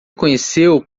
conheceu